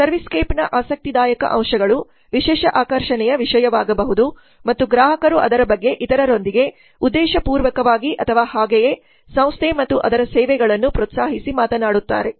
service ಸ್ಕೇಪ್ ನ ಆಸಕ್ತಿದಾಯಕ ಅಂಶಗಳು ವಿಶೇಷ ಆಕರ್ಷಣೆಯ ವಿಷಯವಾಗಬಹುದು ಮತ್ತು ಗ್ರಾಹಕರು ಅದರ ಬಗ್ಗೆ ಇತರರೊಂದಿಗೆ ಉದ್ದೇಶಪೂರ್ವಕವಾಗಿ ಅಥವಾ ಹಾಗೆಯೇ ಸಂಸ್ಥೆ ಮತ್ತು ಅದರ ಸೇವೆಗಳನ್ನು ಪ್ರೋತ್ಸಾಹಿಸಿ ಮಾತನಾಡುತ್ತಾರೆ